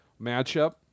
matchup